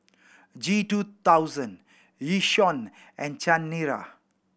G two thousand Yishion and Chanira